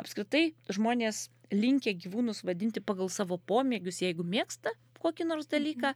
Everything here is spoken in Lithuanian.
apskritai žmonės linkę gyvūnus vadinti pagal savo pomėgius jeigu mėgsta kokį nors dalyką